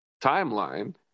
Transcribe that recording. timeline